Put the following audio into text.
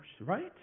right